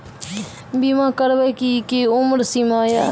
बीमा करबे के कि उम्र सीमा या?